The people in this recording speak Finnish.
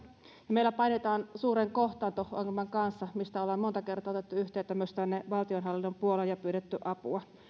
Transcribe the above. ja meillä painitaan suuren kohtaanto ongelman kanssa mistä on monta kertaa otettu yhteyttä myös tänne valtionhallinnon puoleen ja mihin on pyydetty apua